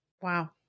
Wow